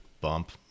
bump